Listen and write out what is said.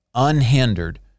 unhindered